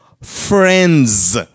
friends